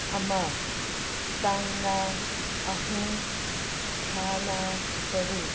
ꯑꯃ ꯇꯥꯡꯅ ꯑꯍꯨꯝ ꯊꯥꯅ ꯇꯔꯨꯛ